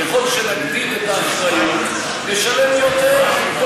ככל שנגדיר את האחריות, נשלם יותר.